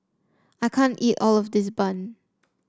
I can't eat all of this bun